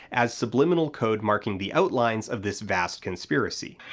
as subliminal code marking the outlines of this vast conspiracy.